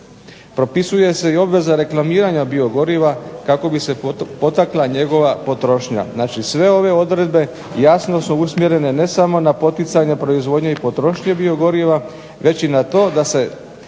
Propisuje se i obveza reklamiranja biogoriva kako bi se potakla njegova potrošnja. Znači sve odredbe jasno su usmjerene ne samo na poticanje proizvodnje i potrošnje biogoriva već i na to da se